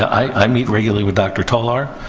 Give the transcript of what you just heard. i meet regularly with doctor tolar.